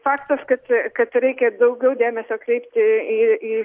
faktas kad kad reikia daugiau dėmesio kreipti į į